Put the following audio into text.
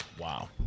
Wow